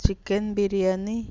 chicken biriyani